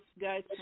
guys